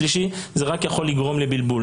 ועם מי הוא דיבר, זה יכול לגרום לבלבול.